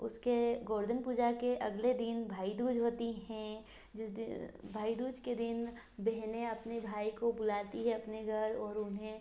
उसके गोवर्धन पूजा के अगले दिन भाई दूज होती है जिस दिन भाई दूज़ के दिन बहनें अपने भाई को बुलाती है अपने घर और उन्हें